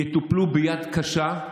יטופלו ביד קשה,